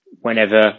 whenever